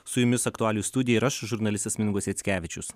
su jumis aktualijų studija rašo žurnalistas mindaugas jackevičius